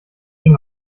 ding